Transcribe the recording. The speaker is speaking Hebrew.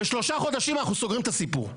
בשלושה חודשים אנחנו סוגרים את הסיפור.